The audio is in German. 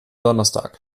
donnerstag